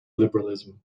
liberalism